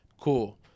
Cool